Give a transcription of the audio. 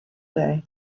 day